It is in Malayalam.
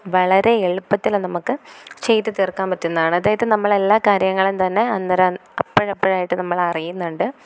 വളരെ എളുപ്പത്തിൽ നമുക്ക് ചെയ്തുതീർക്കാൻ പറ്റുന്നതാണ് അതായത് നമ്മളെല്ലാ കാര്യങ്ങളും തന്നെ അന്നേരം അപ്പോഴപ്പോഴായിട്ട് നമ്മളറിയുന്നുണ്ട്